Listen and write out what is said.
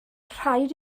rhaid